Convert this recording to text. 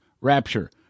rapture